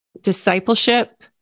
discipleship